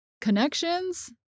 connections